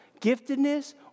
giftedness